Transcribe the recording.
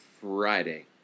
Friday